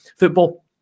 Football